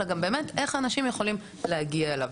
אלא גם איך אנשים יכולים להגיע אליו.